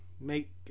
make